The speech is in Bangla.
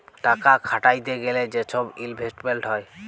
টাকা খাটাইতে গ্যালে যে ছব ইলভেস্টমেল্ট হ্যয়